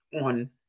on